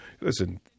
Listen